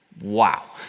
Wow